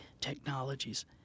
technologies